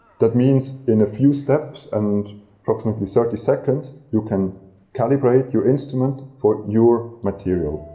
that means in a few steps and approximately thirty seconds you can calibrate your instrument for your material.